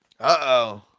Uh-oh